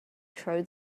throw